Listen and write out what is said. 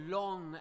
long